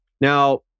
Now